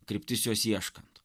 kryptis jos ieškant